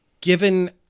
given